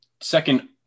Second